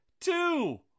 two